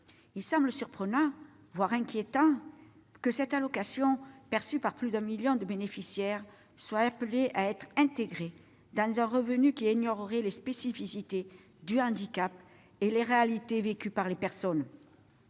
Il semble surprenant, voire inquiétant, que cette allocation, perçue par plus de un million de bénéficiaires, soit appelée à être intégrée dans un revenu qui ignorerait les spécificités du handicap et les réalités vécues par les personnes.